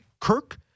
Kirk